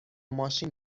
ماشین